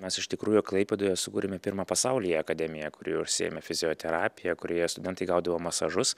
mes iš tikrųjų klaipėdoje sukūrėme pirmą pasaulyje akademiją kuri užsiėmė fizioterapija kurioje studentai gaudavo masažus